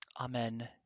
Amen